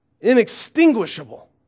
Inextinguishable